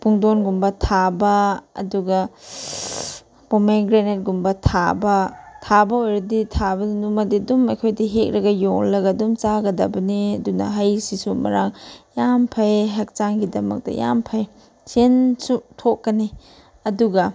ꯄꯨꯡꯗꯣꯟꯒꯨꯝꯕ ꯊꯥꯕ ꯑꯗꯨꯒ ꯄꯣꯃꯦꯒ꯭ꯔꯦꯅꯦꯠꯀꯨꯝꯕ ꯊꯥꯕ ꯊꯥꯕ ꯑꯣꯏꯔꯗꯤ ꯊꯥꯕꯗꯨꯅꯗꯤ ꯑꯗꯨꯝ ꯑꯩꯈꯣꯏꯗ ꯍꯦꯛꯂꯒ ꯌꯣꯟꯂꯒ ꯑꯗꯨꯝ ꯆꯥꯒꯗꯕꯅꯦ ꯑꯗꯨꯅ ꯍꯩꯁꯤꯁꯨ ꯃꯔꯥꯡ ꯌꯥꯝ ꯐꯩ ꯍꯛꯆꯥꯡꯒꯤꯗꯃꯛꯇ ꯌꯥꯝ ꯐꯩ ꯁꯦꯟꯁꯨ ꯊꯣꯛꯀꯅꯤ ꯑꯗꯨꯒ